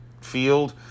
field